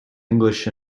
english